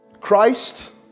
Christ